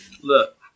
Look